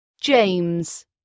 James